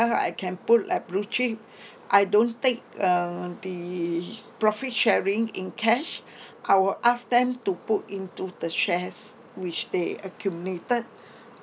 I can put at blue chip I don't take uh the profit sharing in cash I will ask them to put into the shares which they accumulated